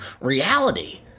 reality